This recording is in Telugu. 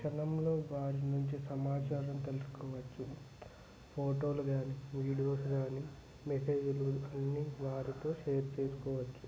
క్షణంలో వారి నుంచి సమాచారం తెలుసుకోవచ్చు ఫొటోలు కానీ వీడియోస్ కానీ మెసేజ్లు అన్నీ వారితో షేర్ చేసుకోవచ్చు